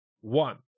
one